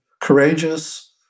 courageous